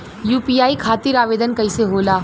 UPI खातिर आवेदन कैसे होला?